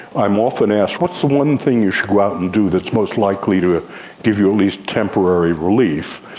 i'm often asked what's the one thing you should go out and do that is most likely to give you at least temporary relief?